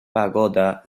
pagoda